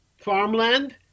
farmland